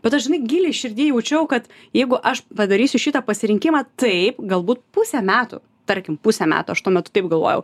bet aš žinai giliai širdyj jaučiau kad jeigu aš padarysiu šitą pasirinkimą taip galbūt pusę metų tarkim pusę metų aš tuo metu taip galvojau